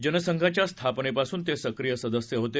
जनसंघाच्या स्थापनेपासून ते सक्रीय सदस्य होते